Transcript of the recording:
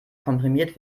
komprimiert